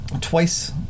twice